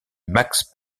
max